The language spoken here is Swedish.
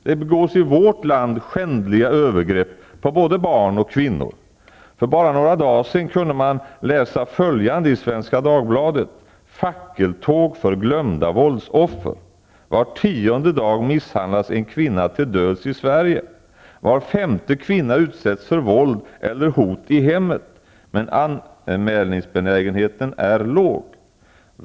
Det begås i vårt land skändliga övergrepp på både barn och kvinnor. För bara några dagar sedan kunde man läsa följande i Svenska Dagbladet: Var tionde dag misshandlas en kvinna till döds i -- Var femte kvinna utsätts för våld eller hot i hemmet. Men anmälningsbenägenheten är låg.